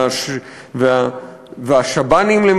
שב"ן.